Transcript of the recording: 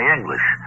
English